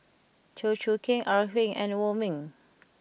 Chew Choo Keng Ore Huiying and Wong Ming